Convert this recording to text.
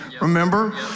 remember